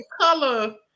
color